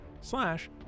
slash